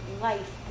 life